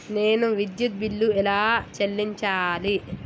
నేను విద్యుత్ బిల్లు ఎలా చెల్లించాలి?